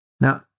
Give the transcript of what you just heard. Now